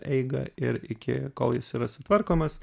eigą ir iki kol jis yra sutvarkomas